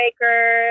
maker